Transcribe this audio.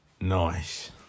nice